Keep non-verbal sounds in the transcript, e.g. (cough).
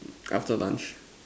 (noise) after lunch